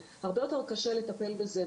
הרבה יותר קשה לטפל בזה.